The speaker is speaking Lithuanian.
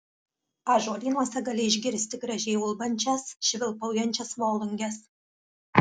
ąžuolynuose gali išgirsti gražiai ulbančias švilpaujančias volunges